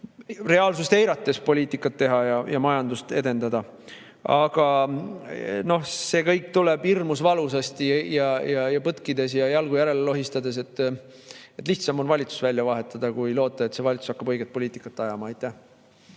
reaalsust eirates poliitikat teha ja majandust edendada. Aga see kõik tuleb hirmus valusasti ja põtkides ja jalgu järele lohistades. Lihtsam on valitsus välja vahetada kui loota, et see valitsus hakkab õiget poliitikat ajama. Kalle